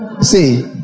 See